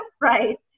right